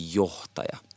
johtaja